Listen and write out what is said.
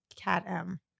CAT-M